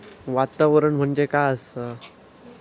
वातावरण म्हणजे काय असा?